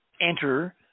enter